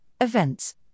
events